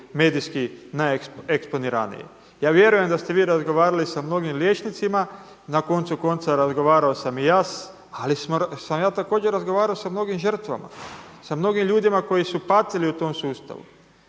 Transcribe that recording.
medijski najeksponiraniji. Ja vjerujem da ste vi razgovarali sa mnogim liječnicima, na koncu konca razgovarao sam i ja ali sam ja također razgovarao sa mnogim žrtvama, sa mnogim ljudima koji su patili u tom sustavu.